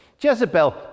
Jezebel